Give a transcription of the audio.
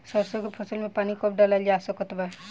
सरसों के फसल में पानी कब डालल जा सकत बा?